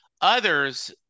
Others